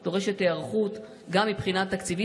דורשת היערכות גם מבחינה תקציבית.